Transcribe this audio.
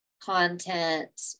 content